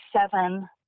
seven